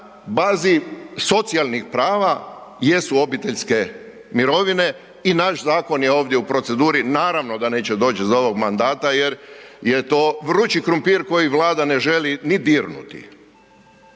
bazi socijalnih prava jesu obiteljske mirovine i naš zakon je ovdje u proceduri. Naravno da neće doć za ovog mandata jer, jer je to vrući krumpir koji Vlada ne želi ni dirnuti.